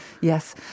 Yes